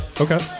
Okay